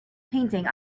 painting